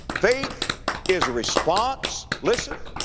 faith is a response, listen,